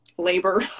labor